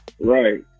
right